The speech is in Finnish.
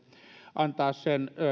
antaa sen